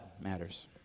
matters